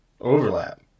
overlap